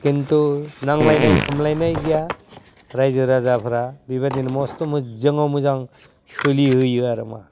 खिन्थु नांलायनाय खमलायनाय गैया रायजो राजाफोरा बेबायदिनो मस्थ' मोजाङाव मोजां सोलिहोयो आरो मा